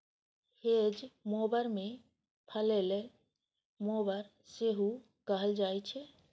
hedge mower कें फलैले mower सेहो कहल जाइ छै